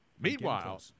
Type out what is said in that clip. Meanwhile